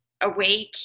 awake